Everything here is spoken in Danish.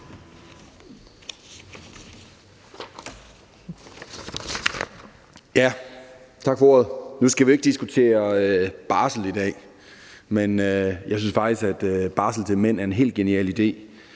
Tak for ordet. Nu skal vi ikke diskutere barsel i dag, men jeg synes faktisk, at barsel til mænd er en helt genial idé,